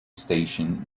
station